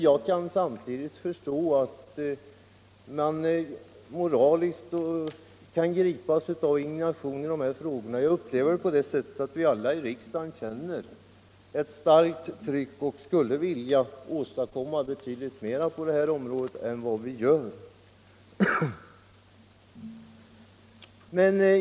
Jag kan samtidigt förstå att man kan gripas av moralisk indignation i dessa frågor. Alla här i riksdagen upplever härvidlag ett starkt tryck och skulle vilja åstadkomma betydligt mer på detta område än vad vi gör.